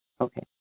Okay